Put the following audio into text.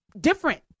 different